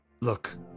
look